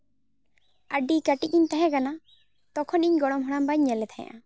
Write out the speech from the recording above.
ᱟᱹᱰᱤ ᱠᱟᱹᱴᱤᱡ ᱤᱧ ᱛᱟᱦᱮᱠᱟᱱᱟ ᱛᱚᱠᱷᱚᱱ ᱤᱧ ᱜᱚᱲᱚᱢ ᱦᱟᱲᱟᱢᱵᱟᱧ ᱧᱮᱞᱮ ᱛᱟᱦᱮᱸᱜᱼᱟ